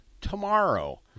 tomorrow